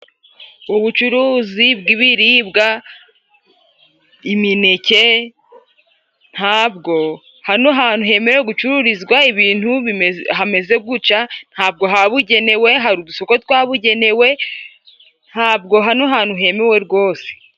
Ubucuruzi bw'ibiribwa imineke, ntabwo hano hantu hemewe gucururizwa ibintu hameze gutya, ntabwo hababugenewe hari udusuko twabugenewe, ntabwo hano hantu hemewe rwose.